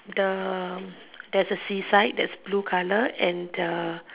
the there's a seaside that's blue colour and uh